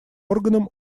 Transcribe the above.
органом